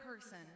person